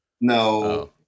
No